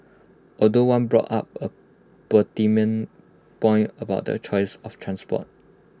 although one brought up A pertinent point about the choice of transport